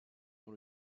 dans